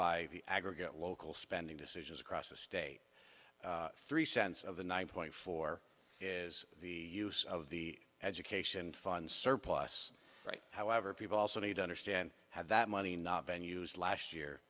by the aggregate local spending decisions across the state three cents of the nine point four is the use of the education fund surplus right however people also need to understand how that money not been used last year